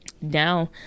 now